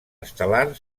estel·lar